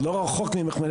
אני לא רחוק ממך,